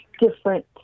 different